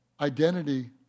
Identity